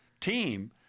team